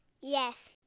Yes